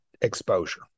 exposure